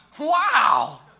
Wow